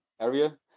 area